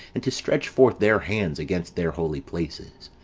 and to stretch forth their hands against their holy places.